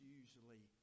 usually